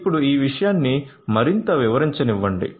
ఇప్పుడు ఈ విషయాన్ని మరింత వివరించనివ్వండి